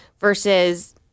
versus